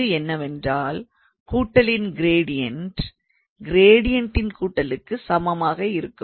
அது என்னவென்றால் கூட்டலின் க்ரேடியன்ட் க்ரேடியன்ட்டின் கூட்டலுக்கு சமமாக இருக்கும்